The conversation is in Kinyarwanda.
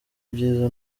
byiza